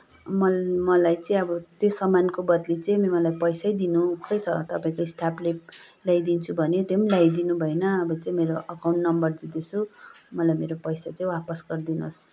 मल मलाई चाहिँ अब त्यो सामानको बद्ली चाहिँ अब मलाई पैसै दिनु खै त तपाईँको स्टाफले ल्याइदिन्छु भन्यो त्यो पनि ल्याइदिनु भएन अब चाहिँ मेरो एकाउन्ट नम्बर दिँदैछु मलाई मेरो पैसा चाहिँ वापस गरिदिनु होस्